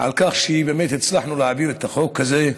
על כך שהצלחנו להעביר את החוק הזה.